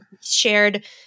shared